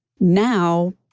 now